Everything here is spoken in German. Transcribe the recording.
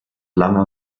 langer